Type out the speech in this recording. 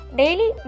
daily